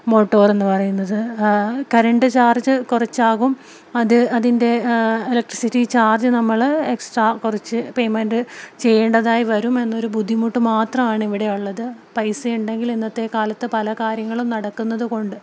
മോട്ടോറെന്ന് പറയുന്നത് current charge കുറച്ചാകും അത് അതിൻ്റെ ഇലക്ട്രിസിറ്റി ചാർജ് നമ്മള് എക്സ്ട്രാ കുറച്ച് പേയ്മെൻറ് ചെയ്യേണ്ടതായി വരും എന്നൊരു ബുദ്ധിമുട്ട് മാത്രമാണ് ഇവിടെയുള്ളത് പൈസയുണ്ടെങ്കിൽ ഇന്നത്തെക്കാലത്ത് പല കാര്യങ്ങളും നടക്കുന്നത് കൊണ്ട്